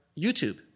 YouTube